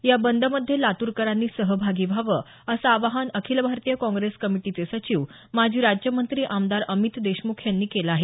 या बंद मध्ये लातूरकरांनी सहभागी व्हावं असं आवाहन अखिल भारतीय काँग्रेस कमिटीचे सचिव माजी राज्यमंत्री आमदार अमित देशमुख यांनी केलं आहे